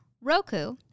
Roku